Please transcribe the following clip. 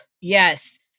yes